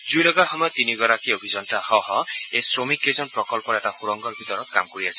জুই লগাৰ সময়ত তিনিগৰাকী অভিযন্তাসহ এই শ্ৰমিক কেইজন প্ৰকল্পৰ এটা সূৰংগৰ ভিতৰত কাম কৰি আছিল